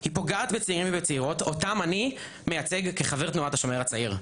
היא פוגעת בצעירים ובצעירות אותם אני מייצג כחבר תנועת השומר הצעיר,